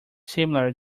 similar